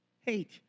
hate